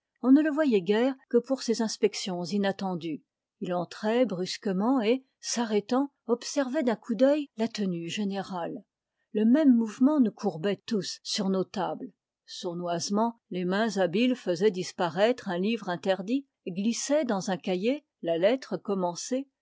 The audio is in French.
on ne le voyait guère que pour ces inspections inattendues il entrait brusquement et s'arrêtant observait d'un coup d'œil la tenue générale le même mouvement nous courbait tous sur nos tables sournoisement les mains habiles faisaient disparaitre un livre interdit glissaient dans un cahier la lettre commencée